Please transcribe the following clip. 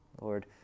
Lord